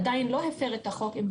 עדיין לא הפר את החוק.